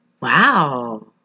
Wow